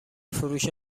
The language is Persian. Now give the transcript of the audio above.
فروش